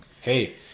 Hey